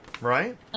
right